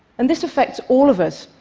and this affects all of us.